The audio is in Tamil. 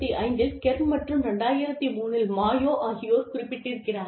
1995 இல் கெர் மற்றும் 2003 இல் மாயோ ஆகியோர் குறிப்பிட்டிருக்கிறார்கள்